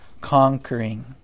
conquering